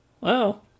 Wow